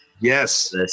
Yes